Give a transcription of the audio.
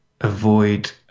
avoid